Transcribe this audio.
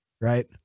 right